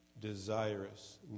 desirous